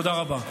תודה רבה.